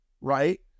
right